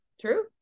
true